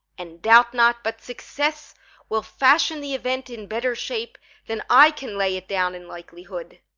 and doubt not but success will fashion the event in better shape than i can lay it down in likelihood.